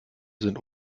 sind